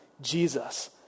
Jesus